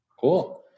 Cool